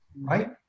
right